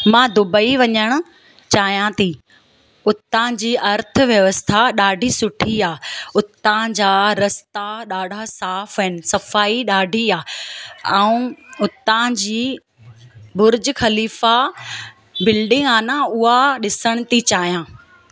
मां दुबई वञणु चाहियां थी उतांजी अर्थव्यवस्था ॾाढी सुठी आहे उतांजा रस्ता ॾाढा साफ़ु आहिनि सफ़ाई ॾाढी आहे ऐं उतांजी बुर्ज ख़लीफा बिल्डिंग आहे न उहा ॾिसणु थी चाहियां